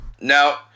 Now